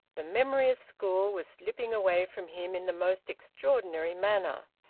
the memory of school was slipping away from him in the most extraordinary manner.